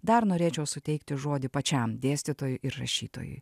dar norėčiau suteikti žodį pačiam dėstytojui ir rašytojui